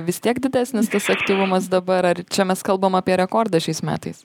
vis tiek didesnis tas aktyvumas dabar ar čia mes kalbam apie rekordą šiais metais